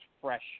fresh